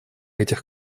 этих